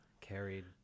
carried